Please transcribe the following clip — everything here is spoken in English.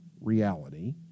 reality